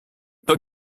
but